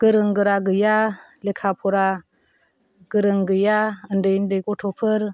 गोरों गोरा गैया लेखा फरा गोरों गैया उन्दै उन्दै गथ'फोर